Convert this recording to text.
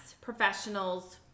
professionals